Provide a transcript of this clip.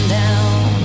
down